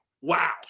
Wow